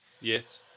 Yes